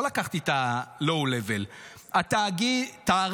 לא לקחתי את low-level: טהרן,